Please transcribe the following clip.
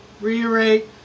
Reiterate